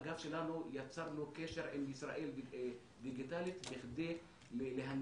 דרך האגף שלנו אנחנו יצרנו קשר עם ישראל דיגיטלית בכדי להנגיש